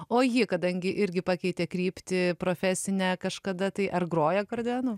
o ji kadangi irgi pakeitė kryptį profesinę kažkada tai ar groja akordeonu